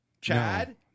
Chad